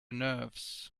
nerves